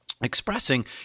expressing